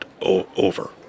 Over